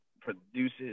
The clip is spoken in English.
produces